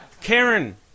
Karen